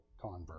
convert